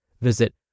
Visit